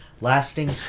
Lasting